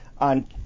on